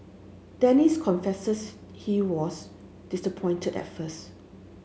Dennis confesses he was disappointed at first